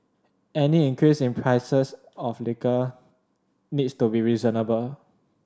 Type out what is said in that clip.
any increase in prices of liquor needs to be reasonable